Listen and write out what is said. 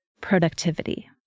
productivity